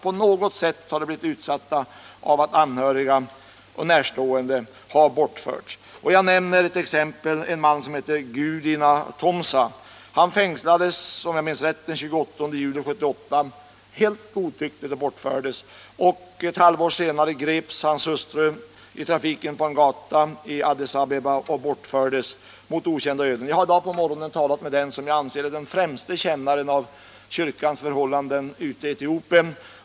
På något sätt har de alltså råkat ut för att anhöriga och närstående har bortförts. ; Jag kan nämna ett exempel. En man som heter Gudina Tomsa fängslades helt godtyckligt och bortfördes — om jag minns rätt — den 28 juli 1978. Ett halvår senare greps hans hustru på en gata i Addis Abeba och bortfördes — mot okända öden. Jag har i dag på morgonen talat med den person som jag anser vara den främste kännaren av kyrkans förhållanden i Etiopien.